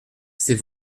c’est